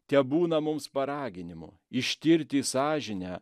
tebūna mums paraginimu ištirti sąžinę